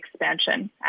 expansion